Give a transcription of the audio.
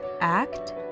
act